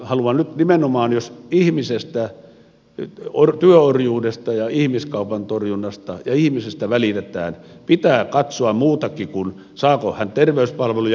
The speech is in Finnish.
haluan nyt nimenomaan sanoa että jos ihmisestä työorjuudesta ja ihmiskaupan torjunnasta välitetään pitää katsoa muutakin kuin sitä että saako hän terveyspalveluja